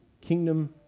kingdom